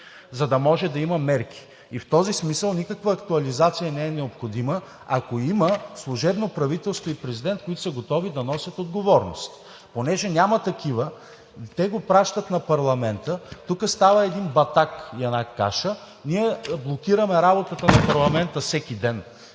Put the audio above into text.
за да може да има мерки и в този смисъл никаква актуализация не е необходима, ако има служебно правителство и президент, които са готови да носят отговорност. Понеже няма такива, те го пращат на парламента, тука става един батак и една каша, ние блокираме работата на парламента всеки ден.